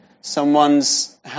someone's